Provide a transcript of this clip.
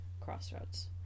crossroads